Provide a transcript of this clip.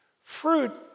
Fruit